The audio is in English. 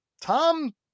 tom